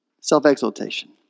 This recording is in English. Self-exaltation